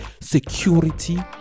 security